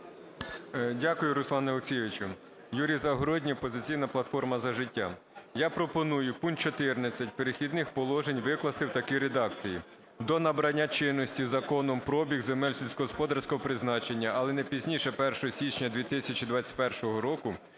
Дякую, Руслане Олексійовичу. Юрій Загородній, "Опозиційна платформа - За життя". Я пропоную пункт 14 "Перехідних положень" викласти в такій редакції: "До набрання чинності Законом про обіг земель сільськогосподарського призначення, але не раніше 1 січня 2021 року,